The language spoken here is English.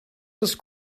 was